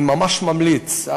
אני ממש ממליץ.